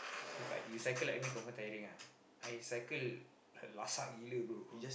if like you cycle like me confirm tiring ah I cycle lasak gila bro